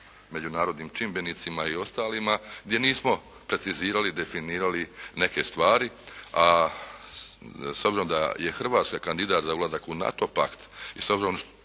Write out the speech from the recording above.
međunarodnim čimbenicima i ostalima, gdje nismo precizirali, definirali neke stvari, a s obzirom da je Hrvatska kandidat za ulazak u NATO pakt i s obzirom